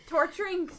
Torturing